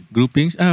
Groupings